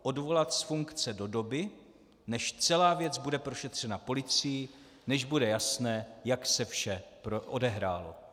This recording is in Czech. Odvolat z funkce do doby, než celá věc bude prošetřena policií, než bude jasné, jak se vše odehrálo.